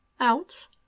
Out